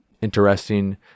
Interesting